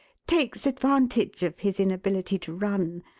takes advantage of his inability to run,